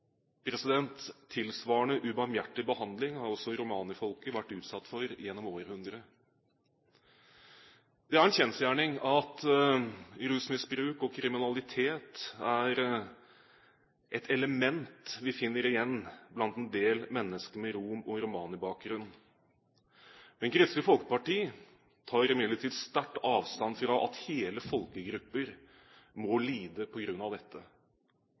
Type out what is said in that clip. Tilsvarende ubarmhjertig behandling har også romfolket vært utsatt for gjennom århundrer. Det er en kjensgjerning at rusmiddelmisbruk og kriminalitet er et element vi finner igjen blant en del mennesker med rom-/romanibakgrunn. Kristelig Folkeparti tar imidlertid sterk avstand fra at hele folkegrupper må lide på grunn av dette.